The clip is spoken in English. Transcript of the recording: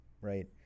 right